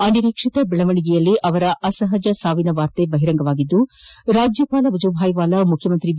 ಅನಿರೀಕ್ಷಿತ ಬೆಳವಣಿಗೆಯಲ್ಲಿ ಅವರ ಅಸಹಜ ಸಾವಿನ ವಾರ್ತೆ ಬಹಿರಂಗಗೊಂಡಿದ್ದು ರಾಜ್ಯಪಾಲ ವಜೂಭಾಯ್ ವಾಲಾ ಮುಖ್ಯಮಂತ್ರಿ ಬಿ